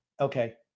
Okay